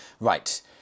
right